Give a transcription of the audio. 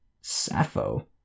Sappho